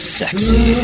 sexy